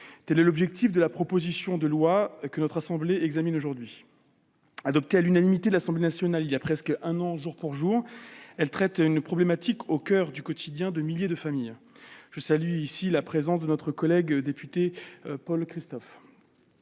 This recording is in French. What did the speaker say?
tel est l'objectif de la proposition de loi que notre assemblée examine aujourd'hui. Adopté à l'unanimité à l'Assemblée nationale il y a presqu'un an jour pour jour, ce texte traite d'une problématique qui est au coeur du quotidien de milliers de familles. Je salue la présence dans nos tribunes du député Paul Christophe,